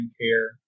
care